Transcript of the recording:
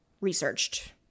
researched